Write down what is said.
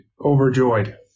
overjoyed